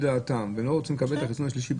דעתם ולא רוצים לקבל את החיסון השלישי,